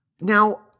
Now